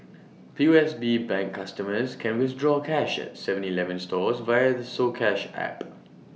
P O S B bank customers can withdraw cash at Seven Eleven stores via the soCash app